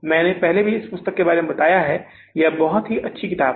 मैंने पहले भी इस पुस्तक के बारे में बताया है यह एक बहुत अच्छी किताब है